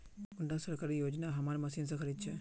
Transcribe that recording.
कुंडा सरकारी योजना हमार मशीन से खरीद छै?